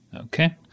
Okay